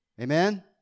Amen